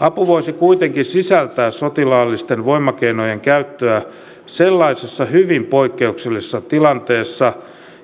apu voisi kuitenkin sisältää sotilaallisten voimakeinojen käyttöä sellaisessa hyvin poikkeuksellisessa tilanteessa